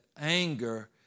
anger